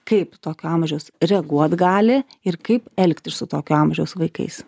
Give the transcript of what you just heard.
kaip tokio amžiaus reaguot gali ir kaip elgtis su tokio amžiaus vaikais